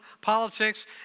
politics